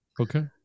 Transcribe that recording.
okay